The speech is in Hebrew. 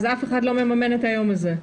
אף אחד לא מממן את היום הזה?